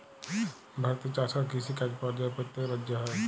ভারতে চাষ আর কিষিকাজ পর্যায়ে প্যত্তেক রাজ্যে হ্যয়